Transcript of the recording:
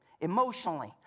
emotionally